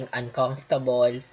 uncomfortable